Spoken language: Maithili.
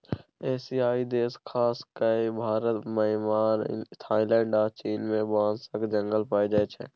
एशियाई देश खास कए भारत, म्यांमार, थाइलैंड आ चीन मे बाँसक जंगल पाएल जाइ छै